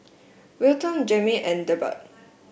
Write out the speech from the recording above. Wilton Jayme and Delbert